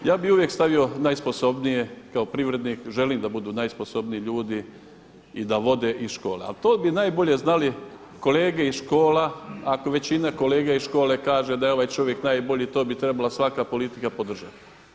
Ja bi uvijek stavio najsposobnije kao privrednik, želim da budu najsposobniji ljudi i da vode i škole ali to bi najbolje znači kolege iz škola, ako većina kolega iz škole kaže da je ovaj čovjek najbolji to bi trebala svaka politika podržati.